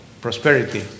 Prosperity